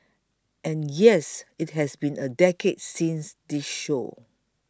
and yes it has been a decade since this show